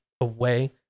away